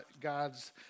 God's